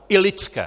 I lidském!